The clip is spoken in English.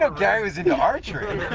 know gary was into archery.